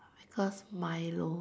because Milo